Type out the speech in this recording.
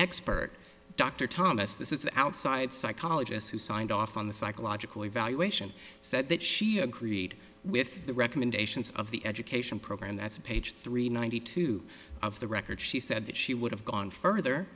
expert dr thomas this is the outside psychologist who signed off on the psychological evaluation said that she agreed with the recommendations of the education program that's a page three ninety two of the record she said that she would have gone further